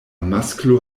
masklo